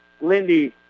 Lindy